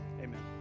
Amen